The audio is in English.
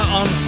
on